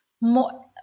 more